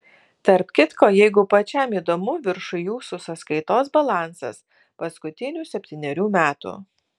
tarp kitko jeigu pačiam įdomu viršuj jūsų sąskaitos balansas paskutinių septynerių metų